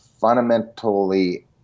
fundamentally